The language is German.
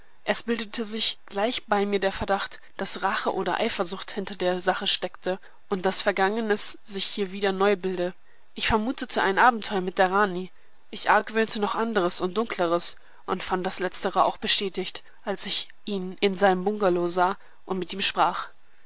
es bildete sich gleich bei mir der verdacht daß rache oder eifersucht hinter der sache stecke und daß vergangenes sich hier wieder neu bilde ich vermutete ein abenteuer mit der rani ich argwöhnte noch anderes und dunkleres und fand das letztere auch bestätigt als ich ihn in seinem bungalow sah und mit ihm sprach